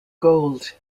gold